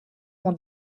mon